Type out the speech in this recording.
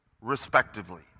respectively